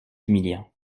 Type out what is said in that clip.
humiliant